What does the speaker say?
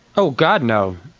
oh god no,